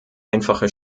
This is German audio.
einfache